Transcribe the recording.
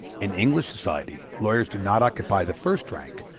in english society lawyers do not occupy the first rank,